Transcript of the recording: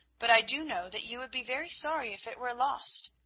but i do know that you would be very sorry if it were lost.